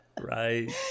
Right